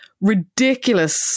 ridiculous